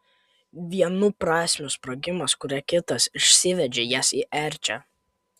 vienų prasmių sprogimas kuria kitas išsviedžia jas į erčią